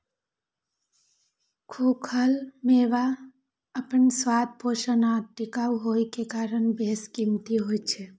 खूखल मेवा अपन स्वाद, पोषण आ टिकाउ होइ के कारण बेशकीमती होइ छै